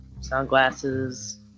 sunglasses